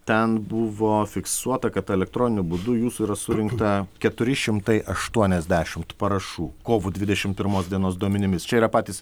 ten buvo fiksuota kad elektroniniu būdu jūsų yra surinkta keturi šimtai aštuoniasdešimt parašų kovo dvidešim pirmos dienos duomenimis čia yra patys